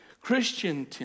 Christian